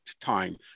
time